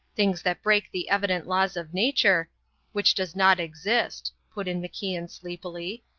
things that break the evident laws of nature which does not exist, put in macian sleepily.